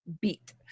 Beat